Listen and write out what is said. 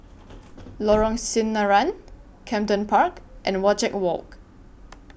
Lorong Sinaran Camden Park and Wajek Walk